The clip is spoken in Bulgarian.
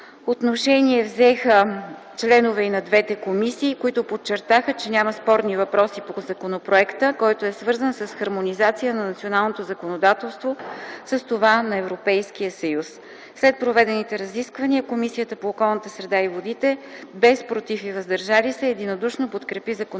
отношение взеха членове и на двете комисии, които подчертаха, че няма спорни въпроси по законопроекта, който е свързан с хармонизация на националното законодателство с това на Европейския съюз. След проведените разисквания, Комисията по околна среда и водите без „против” и „въздържали се” единодушно подкрепи законопроекта